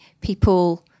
people